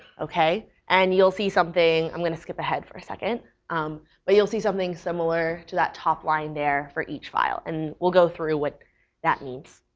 and you'll see something i'm going to skip ahead for a second um but you'll see something similar to that top line there for each file. and we'll go through what that means.